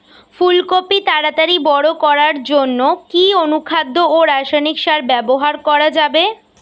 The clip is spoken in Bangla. ফুল কপি তাড়াতাড়ি বড় করার জন্য কি অনুখাদ্য ও রাসায়নিক সার ব্যবহার করা যাবে?